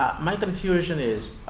my confusion is,